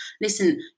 listen